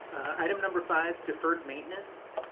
item number five, deferred maintenance.